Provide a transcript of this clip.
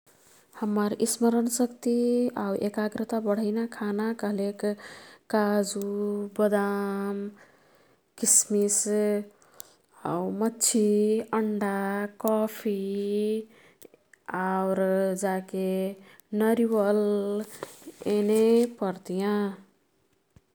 हम्मर स्मरणशक्ति आऊ एकाग्रता बढईना खाना कह्लेक काजु, बदाम, किसमिस आऊ मच्छी, अन्डा, कफी आउर जाके नरिवल येने पर्तियाँ।